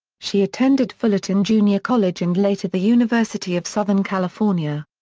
she attended fullerton junior college and later the university of southern california.